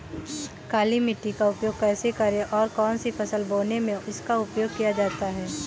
काली मिट्टी का उपयोग कैसे करें और कौन सी फसल बोने में इसका उपयोग किया जाता है?